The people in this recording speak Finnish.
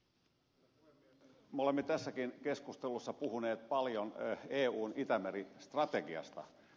me olemme tässäkin keskustelussa puhuneet paljon eun itämeri strategiasta